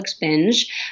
binge